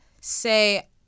Say